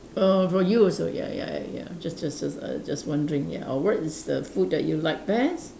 err for you also ya ya ya just just just uh just wondering ya or what is the food that you like best